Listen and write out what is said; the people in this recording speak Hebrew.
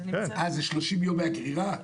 אז בסדר, כי עברו